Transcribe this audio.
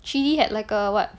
had like a what